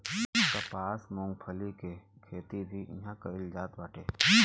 कपास, मूंगफली के खेती भी इहां कईल जात बाटे